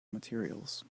materials